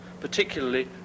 particularly